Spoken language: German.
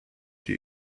die